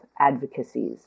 advocacies